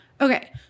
Okay